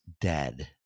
dead